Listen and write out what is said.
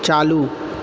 चालू